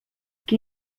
qui